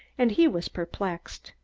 and he was perplexed.